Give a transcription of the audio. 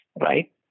right